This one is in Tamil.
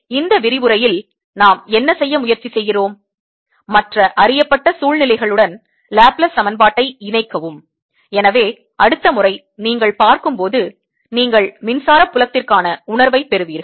எனவே இந்த விரிவுரையில் நாம் என்ன செய்ய முயற்சிசெய்கிறோம் மற்ற அறியப்பட்ட சூழ்நிலைகளுடன் Laplace சமன்பாட்டை இணைக்கவும் எனவே அடுத்த முறை நீங்கள் பார்க்கும் போது நீங்கள் மின்சார புலத்திற்கான உணர்வைப் பெறுவீர்கள்